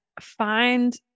Find